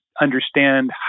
understand